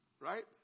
Right